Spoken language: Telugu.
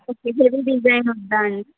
కొద్దిగ కూడా డిజైన్ వద్దా అండి